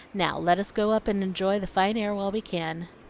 now let us go up and enjoy the fine air while we can.